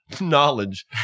knowledge